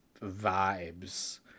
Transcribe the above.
vibes